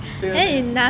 对咯对咯